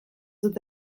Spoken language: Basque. dut